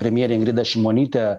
premjerė ingrida šimonytė